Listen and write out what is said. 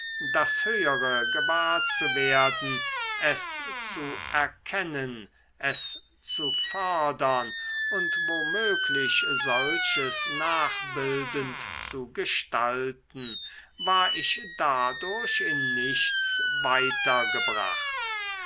das höhere gewahr zu werden es zu erkennen es zu fördern und wo möglich solches nachbildend zu gestalten war ich dadurch in nichts weiter